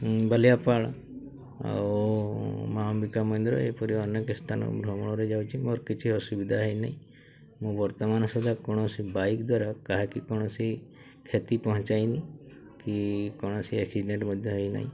ବାଲିଆପାଳ ଆଉ ମାଆ ଅମ୍ବିକା ମନ୍ଦିର ଏପରି ଅନେକ ସ୍ଥାନ ମୁଁ ଭ୍ରମଣରେ ଯାଉଛି ମୋର କିଛି ଅସୁବିଧା ହେଇନି ମୁଁ ବର୍ତ୍ତମାନ ସହିତ କୌଣସି ବାଇକ୍ ଦ୍ୱାରା କାହାକି କୌଣସି କ୍ଷତି ପହଞ୍ଚାଇନି କି କୌଣସି ଆକ୍ସିଡେଣ୍ଟ ମଧ୍ୟ ହେଇନାହିଁ